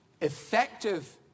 effective